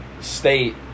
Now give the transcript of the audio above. State